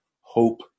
hope